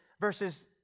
verses